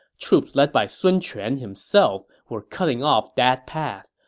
troops led by sun quan himself were cutting off that path.